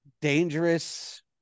dangerous